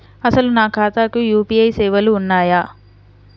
అసలు నా ఖాతాకు యూ.పీ.ఐ సేవలు ఉన్నాయా?